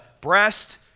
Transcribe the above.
breast